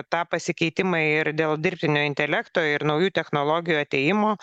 tą pasikeitimą ir dėl dirbtinio intelekto ir naujų technologijų atėjimo